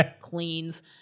Cleans